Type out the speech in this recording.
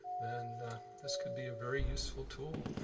then this could be a very useful tool.